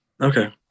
Okay